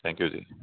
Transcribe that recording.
thank you ਜੀ